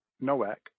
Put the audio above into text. Nowak